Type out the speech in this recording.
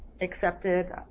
accepted